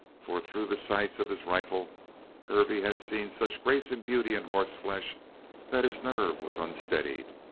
for through the sights of his rifle hervey had seen such grace and beauty in horseflesh that his nerve was unsteadied.